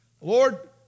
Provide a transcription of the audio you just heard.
Lord